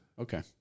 Okay